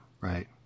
right